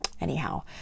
anyhow